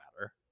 matter